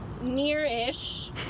near-ish